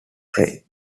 prey